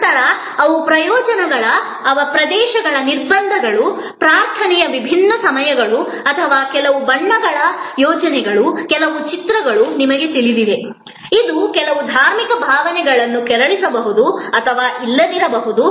ನಂತರ ಅವು ಪ್ರದೇಶಗಳ ನಿರ್ಬಂಧಗಳು ಪ್ರಾರ್ಥನೆಯ ವಿಭಿನ್ನ ಸಮಯಗಳು ಅಥವಾ ಕೆಲವು ಬಣ್ಣಗಳ ಯೋಜನೆಗಳು ಕೆಲವು ಚಿತ್ರಗಳು ನಿಮಗೆ ತಿಳಿದಿವೆ ಇದು ಕೆಲವು ಧಾರ್ಮಿಕ ಭಾವನೆಗಳನ್ನು ಕೆರಳಿಸಬಹುದು ಅಥವಾ ಇಲ್ಲದಿರಬಹುದು